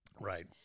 right